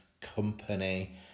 Company